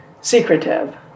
secretive